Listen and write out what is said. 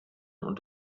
und